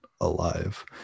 alive